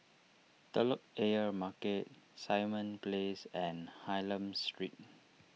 Telok Ayer Market Simon Place and Hylam Street